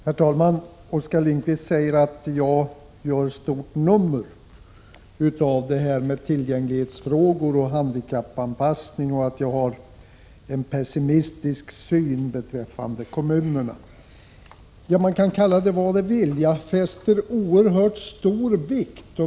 Herr talman! Oskar Lindkvist säger att jag gör stort nummer av frågan om tillgänglighet och handikappanpassning och att jag har en pessimistisk syn beträffande kommunerna. Man kan kalla det vad man vill.